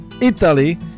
italy